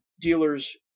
Dealers